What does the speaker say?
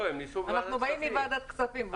אנחנו באים מוועדת כספים.